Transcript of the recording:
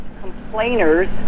complainers